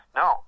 no